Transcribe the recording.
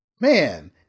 man